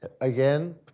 Again